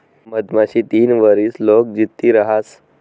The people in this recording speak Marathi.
मधमाशी तीन वरीस लोग जित्ती रहास